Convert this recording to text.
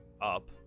up